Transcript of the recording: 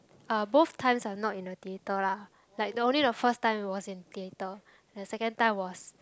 uh both times are not in a theater lah like the only the first time was in theater the second time was